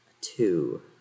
Two